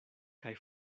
kaj